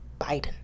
Biden